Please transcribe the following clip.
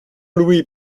louis